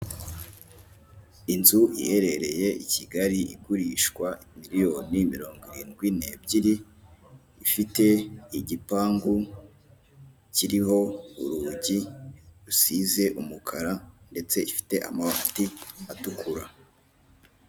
Inzu iherereye i Kigali, igurishwa miliyoni mirongo irindwi n'ebyiri, ifite igipangu kiriho urugi rusize umukara, ndetse ifite amabati atukura.